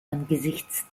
angesichts